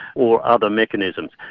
or other mechanisms.